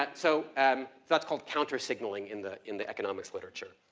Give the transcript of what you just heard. but so um that's called counter-signalling in the, in the economics literature.